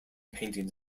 paintings